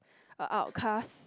a outcast